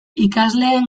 ikasleen